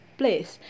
place